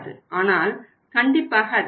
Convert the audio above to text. ஆனால் கண்டிப்பாக அதிகரிக்கும்